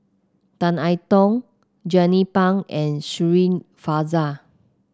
Tan I Tong Jernnine Pang and Shirin Fozdar